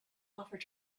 offered